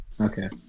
Okay